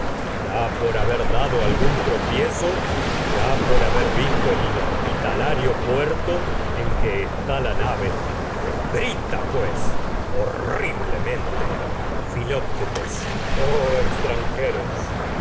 ya por haber dado algún tropiezo ya por haber visto el inhospitalario puerto en que está la nave grita pues filoctetes